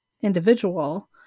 individual